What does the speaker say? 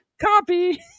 Copy